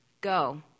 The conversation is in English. go